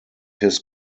his